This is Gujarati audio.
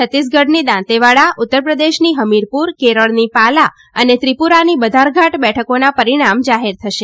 છત્તીસગઢની દાંતેવાડા ઉત્તર પ્રદેશની હમીરપુર કેરળની પાલા અને ત્રિપુરાની બધારઘાટ બેઠકોના પરિણામ જાહેર થશે